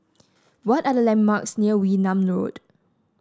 what are the landmarks near Wee Nam Road